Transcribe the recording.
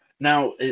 Now